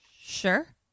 sure